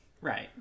Right